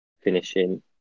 finishing